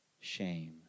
Shame